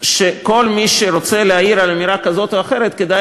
שכל מי שרוצה להעיר על אמירה כזאת או אחרת כדאי